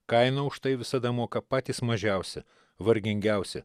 kainą už tai visada moka patys mažiausi vargingiausi